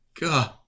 god